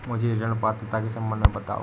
मुझे ऋण पात्रता के सम्बन्ध में बताओ?